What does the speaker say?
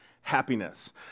happiness